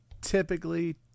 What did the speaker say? Typically